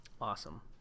Awesome